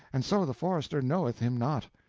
and so the forester knoweth him not.